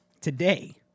Today